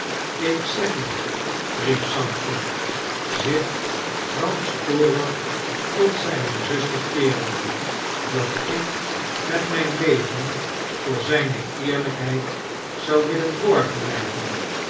ik zeg u riep sampson zich gramstorig tot zijne zuster keerende dat ik met mijn leven voor zijne eerlijkheid zou willen borgblijven